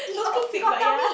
so toxic but ya